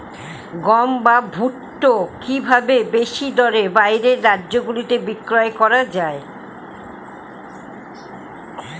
গম বা ভুট্ট কি ভাবে বেশি দরে বাইরের রাজ্যগুলিতে বিক্রয় করা য়ায়?